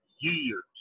years